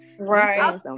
Right